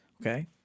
okay